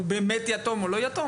הוא באמת יתום או לא יתום?